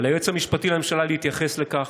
על היועץ המשפטי לממשלה להתייחס לכך,